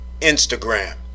Instagram